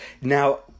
Now